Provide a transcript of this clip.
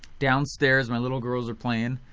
down stairs my little girls are playing.